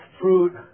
fruit